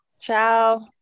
ciao